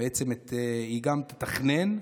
היא גם תתכנן,